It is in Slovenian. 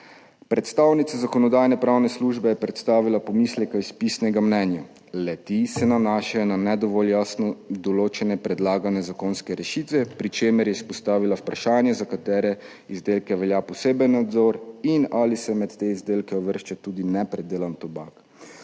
Predstavnica Zakonodajno-pravne službe je predstavila pomisleke iz pisnega mnenja. Le-ti se nanašajo na ne dovolj jasno določene predlagane zakonske rešitve, pri čemer je izpostavila vprašanji, za katere izdelke velja poseben nadzor in ali se med te izdelke uvršča tudi nepredelan tobak.